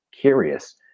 curious